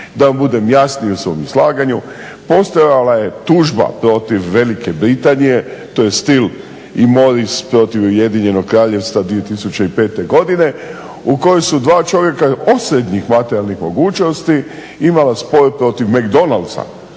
Da vam budem jasniji u svom izlaganju, postojala je tužba protiv Velike Britanije, to je stil …/Govornik se ne razumije./… protiv Ujedinjenog Kraljevstva 2005. godine u kojoj su dva čovjeka osrednjih materijalnih mogućnosti imala spor protiv McDonaldsa,